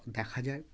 দেখা যায়